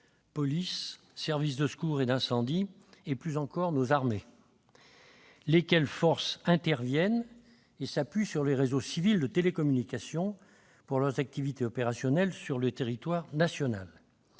police, services de secours et d'incendie et, plus encore, armées. Ces forces interviennent et s'appuient sur les réseaux civils de télécommunication pour leurs activités opérationnelles sur le territoire national.